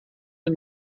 den